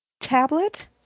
tablet